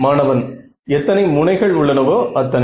மாணவன் எத்தனை முனைகள் உள்ளனவோ அத்தனை